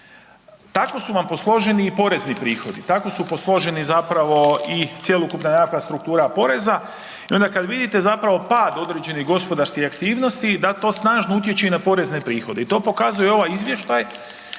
Tako su vam posloženi i porezni prihodi, tako su posloženi i cjelokupna nekakva struktura poreza i onda kada vidite pad određenih gospodarskih aktivnosti da to snažno utječe i na porezne prihode. I to pokazuje ovaj izvještaj